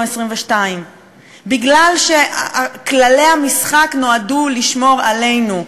22. כי כללי המשחק נועדו לשמור עלינו.